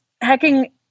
hacking